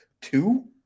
two